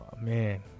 Man